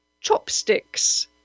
chopsticks